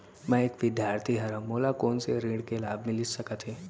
मैं एक विद्यार्थी हरव, मोला कोन से ऋण के लाभ मिलिस सकत हे?